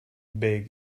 big